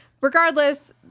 Regardless